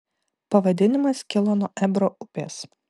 pavadinimas kilo nuo ebro upės